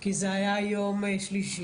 ביקשה כי זה היה יום שלישי.